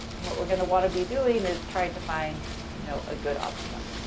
and what we're going to want to be doing, is trying to find, you know, a good optima,